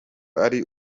ari